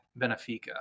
Benfica